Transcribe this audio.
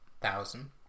thousand